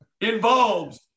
involved